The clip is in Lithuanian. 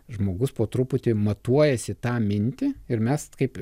žmogus po truputį matuojasi tą mintį ir mes kaip